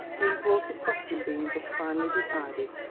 the important question being thus finally decided,